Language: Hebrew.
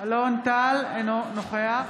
אינו נוכח